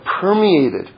permeated